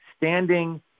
standing